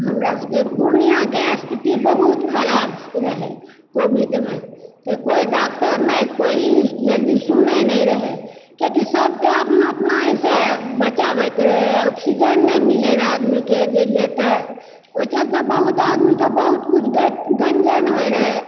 हमरा सभकेँ पूर्णियाँके स्थिति बहुत खराब रहए कोविडमे कोए डॉक्टर नहि कोइ जल्दी सुनए नहि रहए किआकि सभकेँ अपना अपनाके एहिसँ बचाबैत रहए ऑक्सिजन नहि मिलैत रहए आदमी गेलिए तऽ ओहि चलते बहुत आदमीके बहुत किछु गञ्जन होए रहए